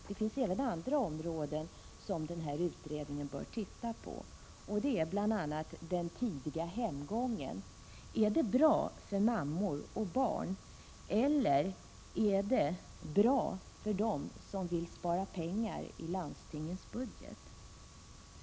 Det finns även andra områden som utredningen bör titta på, och det är bl.a. den tidiga hemgången. Är det bra för mammor och barn eller är det bra för dem som vill spara pengar i landstingets budget?